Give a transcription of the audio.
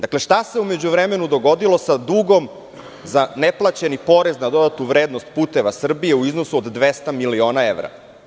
Dakle, šta se u međuvremenu dogodilo sa dugom za neplaćeni porez za PDV "Puteva Srbije" u iznosu od 200 miliona evra?